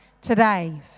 Today